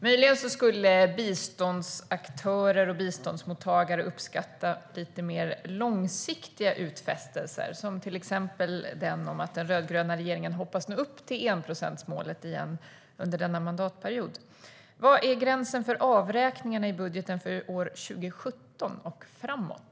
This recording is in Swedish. Möjligen skulle biståndsaktörer och biståndsmottagare uppskatta lite mer långsiktiga utfästelser, till exempel att den rödgröna regeringen hoppas nå upp till enprocentsmålet under denna mandatperiod. Vad är gränsen för avräkningarna i budgeten för år 2017 och framåt?